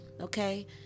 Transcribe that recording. okay